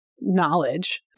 knowledge